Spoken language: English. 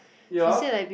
ya